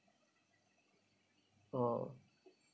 oh